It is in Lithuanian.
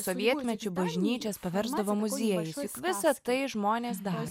sovietmečiu bažnyčias paversdavo muziejais visa tai žmonės daro